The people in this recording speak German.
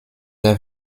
der